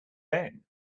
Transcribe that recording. ben